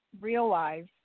realize